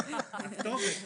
אנחנו פוגשים אותם יום-יום,